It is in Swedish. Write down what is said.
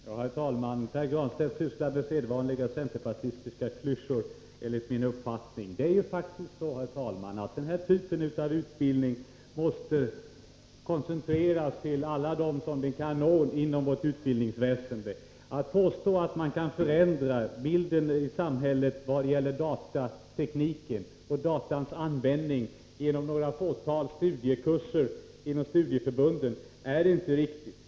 Herr talman! Pär Granstedt kommer med sedvanliga centerpartistiska klyschor, enligt min uppfattning. Det är ju faktiskt så, herr talman, att den här typen av utbildning måste koncentreras till alla dem som vi kan nå inom vårt utbildningsväsende. Påståendet att man kan förändra samhällsbilden genom datatekniken och användningen av data genom några fåtal studiekurser inom studieförbunden är inte riktigt.